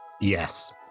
Yes